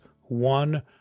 one